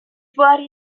باری